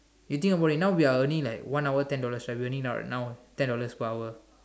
you think about it now we are earning like one hour ten dollars only we are earning now ten dollars per hour